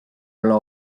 olla